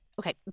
Okay